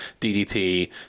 DDT